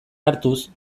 hartuz